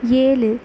ஏழு